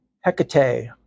Hecate